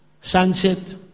sunset